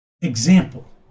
example